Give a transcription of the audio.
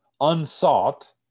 unsought